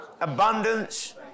Abundance